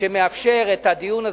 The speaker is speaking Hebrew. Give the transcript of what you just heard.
שמאפשר את הדיון הזה.